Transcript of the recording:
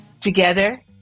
Together